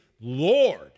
Lord